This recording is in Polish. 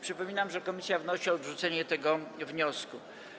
Przypominam, że komisja wnosi o odrzucenie tego wniosku.